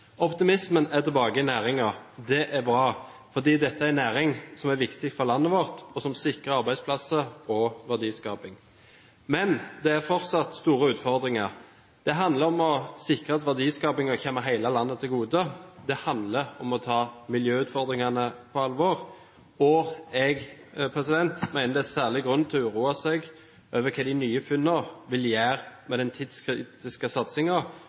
Optimismen er tilbake i næringen. Det er bra fordi dette er en næring som er viktig for landet vårt, og som sikrer arbeidsplasser og verdiskaping. Men det er fortsatt store utfordringer. Det handler om å sikre at verdiskapingen kommer hele landet til gode. Det handler om å ta miljøutfordringene på alvor. Jeg mener det er særlig grunn til å uroe seg over hva de nye funnene vil gjøre med den tidskritiske